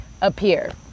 appear